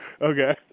Okay